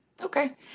Okay